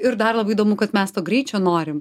ir dar labai įdomu kad mes to greičio norim